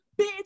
bitch